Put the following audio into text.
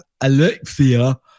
Alexia